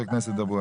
תודה.